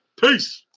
Peace